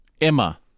Emma